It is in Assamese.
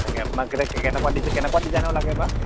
তাকে আপোনাক কে কেনেকুৱা ডিজাইনৰ লাগে বা